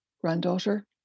granddaughter